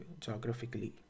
Geographically